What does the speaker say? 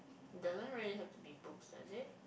don't really have to be books does it